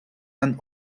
and